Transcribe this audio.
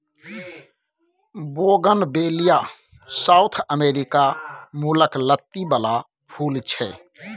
bougainvillea south America मुलक लत्ती बला फुल छै